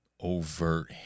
overt